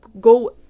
go